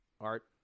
art